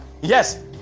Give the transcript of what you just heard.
Yes